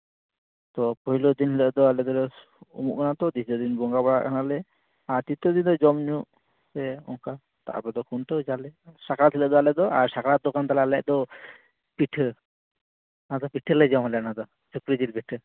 ᱛᱚ ᱯᱳᱭᱞᱳ ᱫᱤᱱ ᱦᱤᱞᱳᱜ ᱫᱚ ᱟᱞᱮ ᱫᱚᱞᱮ ᱩᱢᱩᱜ ᱠᱟᱱᱟ ᱛᱚ ᱫᱤᱛᱤᱭᱚ ᱫᱤᱱ ᱵᱚᱸᱜᱟ ᱵᱟᱲᱟᱜ ᱠᱟᱱᱟᱞᱮ ᱟᱨ ᱛᱨᱤᱛᱤᱭᱚ ᱫᱤᱱ ᱫᱚ ᱡᱚᱢᱼᱧᱩ ᱥᱮ ᱚᱝᱠᱟ ᱛᱟᱯᱚᱨᱮ ᱫᱚ ᱠᱷᱩᱱᱴᱟᱹᱣ ᱡᱟᱞᱮ ᱥᱟᱠᱨᱟᱛ ᱦᱤᱞᱳᱜ ᱫᱚ ᱟᱞᱮ ᱫᱚ ᱟᱨ ᱥᱟᱠᱨᱟᱛ ᱫᱚ ᱠᱟᱱ ᱛᱟᱞᱮᱭᱟ ᱟᱞᱮᱭᱟᱜ ᱫᱚ ᱯᱤᱴᱷᱟᱹ ᱟᱫᱚ ᱯᱤᱴᱷᱟᱹ ᱞᱮ ᱡᱚᱢᱟᱞᱮ ᱚᱱᱟᱫᱚ ᱥᱩᱠᱨᱤ ᱡᱤᱞ ᱯᱤᱴᱷᱟᱹ